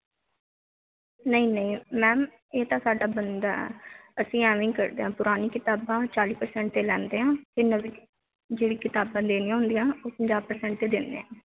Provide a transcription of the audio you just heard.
ਨਹੀਂ ਨਹੀਂ ਮੈਮ ਇਹ ਤਾਂ ਸਾਡਾ ਬਣਦਾ ਅਸੀਂ ਐਵੇਂ ਹੀ ਕਰਦੇ ਹਾਂ ਪੁਰਾਣੀ ਕਿਤਾਬਾਂ ਚਾਲ੍ਹੀ ਪਰਸੈਂਟ 'ਤੇ ਲੈਂਦੇ ਹਾਂ ਅਤੇ ਨਵੀਂ ਜਿਹੜੀ ਕਿਤਾਬਾਂ ਲੈਣੀਆਂ ਹੁੰਦੀਆਂ ਉਹ ਪੰਜਾਹ ਪਰਸੈਂਟ 'ਤੇ ਦਿੰਦੇ ਆ